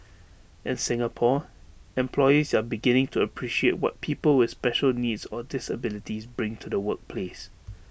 in Singapore employers are beginning to appreciate what people with special needs or disabilities bring to the workplace